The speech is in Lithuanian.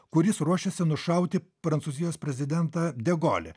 kuris ruošiasi nušauti prancūzijos prezidentą de golį